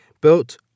built